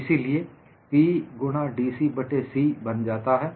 इसीलिए P गुणा dC बट्टे C बन जाता है